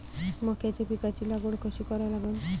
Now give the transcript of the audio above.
मक्याच्या पिकाची लागवड कशी करा लागन?